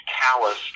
callous